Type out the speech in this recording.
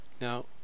Now